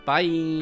Bye